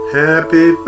happy